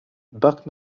buck